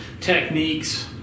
techniques